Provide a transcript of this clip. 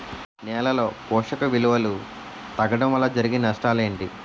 నేలలో పోషక విలువలు తగ్గడం వల్ల జరిగే నష్టాలేంటి?